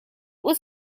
was